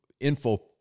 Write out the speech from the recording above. info